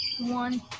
one